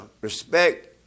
respect